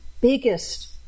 biggest